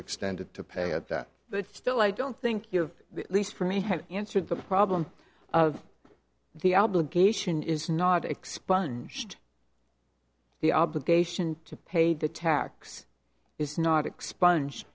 extended to pay at that but still i don't think the least for me have you answered the problem the obligation is not expunged the obligation to pay the tax is not expunged